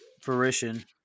fruition